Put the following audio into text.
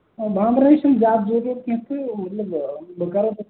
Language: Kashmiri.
بانٛبرنٕچ چھےٚ نہَ زیادٕ ضروٗرت کیٚنٛہہ تہٕ مطلب بہٕ کَرہو تۄہہِ